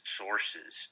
sources